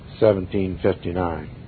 1759